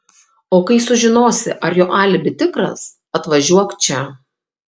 o kai sužinosi ar jo alibi tikras atvažiuok čia